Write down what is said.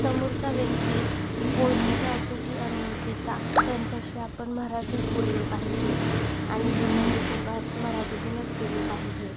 समोरचा व्यक्ती ओळखीचा असो की अनोळखीचा त्यांच्याशी आपण मराठीच बोलले पाहिजे आणि बोलण्याची सुरुवात मराठीतूनच केली पाहिजे